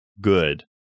good